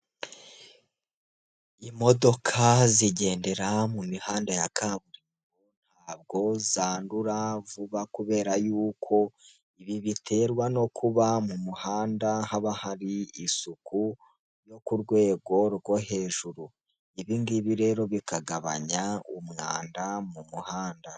Imodoka zigendera mu mihanda ya kaburimbo ntabwo zandura vuba kubera yuko ibi biterwa no kuba mu muhanda haba hari isuku yo ku rwego rwo hejuru, ibingibi rero bikagabanya umwanda mu muhanda.